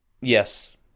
Yes